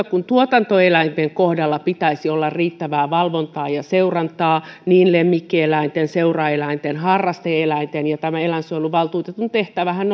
kuin tuotantoeläinten kohdalla pitäisi olla riittävää valvontaa ja seurantaa niin lemmikkieläinten seuraeläinten kuin harraste eläinten ja eläinsuojeluvaltuutetun tehtävähän